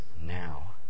now